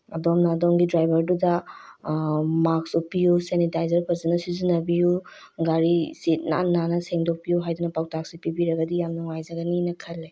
ꯑꯗꯣꯝꯅ ꯑꯗꯣꯝꯒꯤ ꯗ꯭ꯔꯥꯏꯕꯔꯗꯨꯗ ꯃꯥꯛꯁ ꯎꯞꯄꯤꯌꯨ ꯁꯦꯅꯤꯇꯥꯏꯖꯔ ꯐꯖꯅ ꯁꯤꯖꯤꯟꯅꯕꯤꯌꯨ ꯒꯥꯔꯤ ꯁꯤꯠ ꯅꯥꯟꯅ ꯅꯥꯟꯅ ꯁꯦꯡꯗꯣꯛꯄꯤꯌꯨ ꯍꯥꯏꯗꯨꯅ ꯄꯥꯎꯇꯥꯛꯁꯦ ꯄꯤꯕꯤꯔꯒꯗꯤ ꯌꯥꯝ ꯅꯨꯡꯉꯥꯏꯖꯒꯅꯤꯅ ꯈꯜꯂꯦ